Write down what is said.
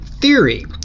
theory